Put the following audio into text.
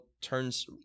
turns